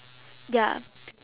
ya